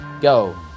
Go